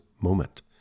Moment